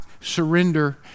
surrender